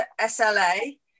SLA